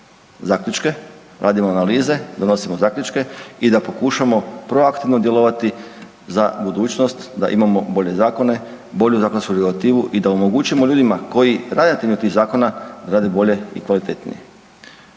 zaključke, radimo analize, donosimo zaključke i da pokušamo proaktivno djelovati za budućnost da imamo bolje zakone, bolju zakonsku regulativu i da omogućimo ljudima koji rade na temelju tih zakona da rade bolje i kvalitetnije.